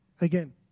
Again